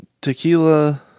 tequila